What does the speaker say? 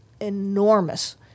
enormous